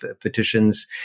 petitions